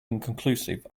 inconclusive